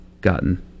gotten